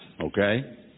okay